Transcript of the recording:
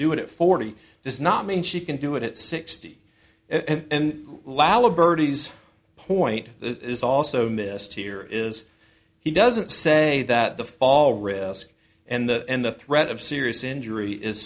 do it at forty does not mean she can do it at sixty and lalla bertie's point is also missed here is he doesn't say that the fall risk and the and the threat of serious injury is